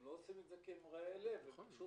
הם לא עושים את זה כי הם רעי לב הם פשוט